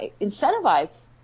incentivize